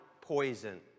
poison